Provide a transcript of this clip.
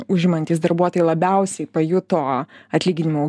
užimantys darbuotojai labiausiai pajuto atlyginimų